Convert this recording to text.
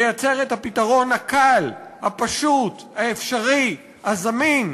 ייצר את הפתרון הקל, הפשוט, האפשרי, הזמין,